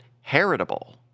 heritable